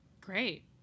Great